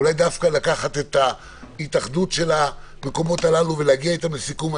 אולי דווקא לקחת את ההתאחדות של המקומות האלה ולהגיע איתם לסיכום.